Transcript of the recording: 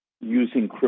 using